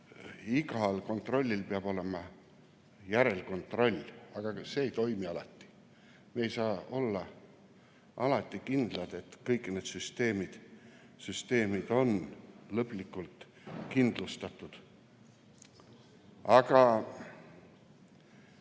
igal kontrollil peab olema järelkontroll. Aga see ei toimi alati. Ei saa olla alati kindlad, et kõik need süsteemid on lõplikult kindlustatud. Ma